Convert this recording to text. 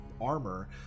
armor